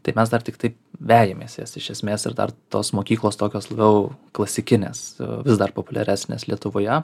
tai mes dar tiktai vejamės jas iš esmės ir dar tos mokyklos tokios labiau klasikinės vis dar populiaresnės lietuvoje